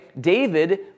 David